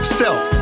self